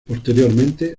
posteriormente